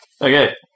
okay